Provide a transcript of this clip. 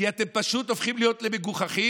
כי אתם פשוט הופכים להיות מגוחכים,